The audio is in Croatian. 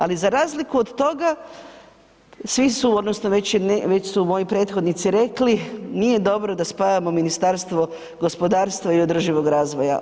Ali za razliku od toga, svi su odnosno već su moji prethodnici rekli nije dobro da spajamo Ministarstvo gospodarstva i održivog razvoja.